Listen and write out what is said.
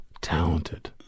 talented